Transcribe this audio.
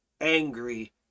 angry